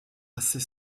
assez